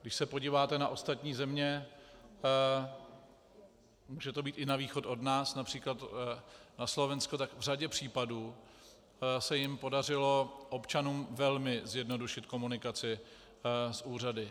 Když se podíváte na ostatní země, může to být i na východ od nás, například na Slovensko, tak v řadě případů se jim podařilo občanům velmi zjednodušit komunikaci s úřady.